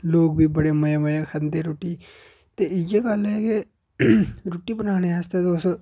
लोक बी बड़े मजे मजे खंदे रुट्टी ते इ'यै गल्ल ऐ कि रुट्टी बनाने आस्तै तुस